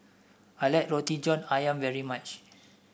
I like Roti John ayam very much